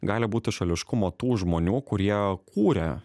gali būti šališkumo tų žmonių kurie kūrė